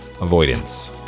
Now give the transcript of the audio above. Avoidance